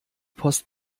post